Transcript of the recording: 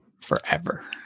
forever